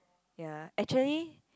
ya actually